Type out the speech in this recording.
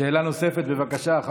שאלה נוספת, בבקשה.